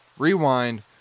Rewind